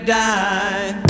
die